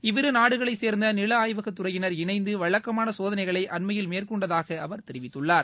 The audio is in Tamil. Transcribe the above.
இவ்விரு நாடுகளைச் சே்ந்த நில ஆய்வகத் துறையின் இணைந்து வழக்கமான சோதனைகளை அண்மையில் மேற்கொண்டதாக அவர் தெரிவித்துள்ளார்